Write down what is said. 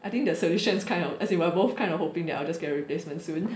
I think the solution is kind of as in we are both kind are hoping that I'll just get a replacement soon